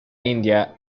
india